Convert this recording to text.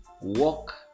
walk